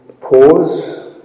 pause